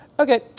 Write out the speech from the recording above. Okay